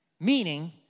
meaning